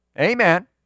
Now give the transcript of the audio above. Amen